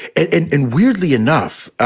and and weirdly enough,